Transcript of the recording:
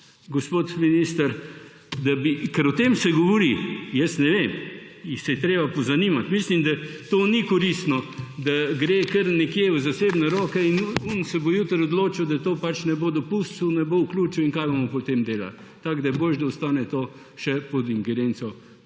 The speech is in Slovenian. gospod minister, da bi … Ker o tem se govori, jaz ne vem, se je treba pozanimati. Mislim, da ni to koristno, da gre kar nekje v zasebne roke in tisti se bo jutri odločil, da tega pač ne bo dopustil, ne bo vključil – in kaj bom potem delali? Tako je bolje, da ostane to še pod ingerenco